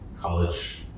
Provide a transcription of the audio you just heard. college